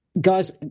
guys